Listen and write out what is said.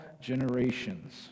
generations